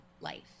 life